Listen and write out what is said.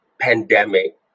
pandemic